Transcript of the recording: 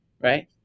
right